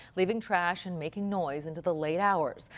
leaving trash and making noise into the late hours.